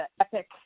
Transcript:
epic